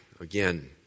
again